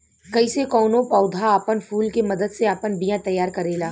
कइसे कौनो पौधा आपन फूल के मदद से आपन बिया तैयार करेला